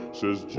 says